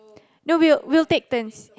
no we'll we'll take turns